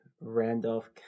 Randolph